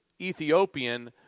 Ethiopian